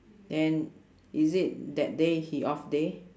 and is it that day he off day